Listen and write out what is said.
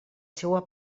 seua